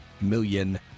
million